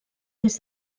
des